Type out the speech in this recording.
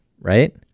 right